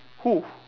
who